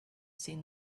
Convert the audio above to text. seen